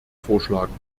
vorschlagen